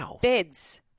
beds